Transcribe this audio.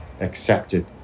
accepted